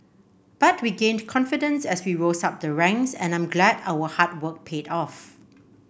but we gained confidence as we rose up the ranks and I'm glad our hard work paid off